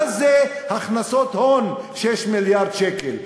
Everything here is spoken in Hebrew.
מה זה הכנסות הון 6 מיליארד שקל,